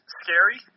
scary